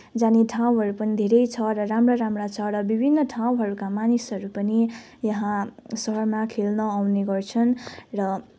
जाने ठाउँहरू पनि धेरै छ र राम्रा राम्रा छ र विभिन्न ठाउँहरूका मानिसहरू पनि यहाँ सहरमा खेल्न आउने गर्छन् र